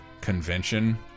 convention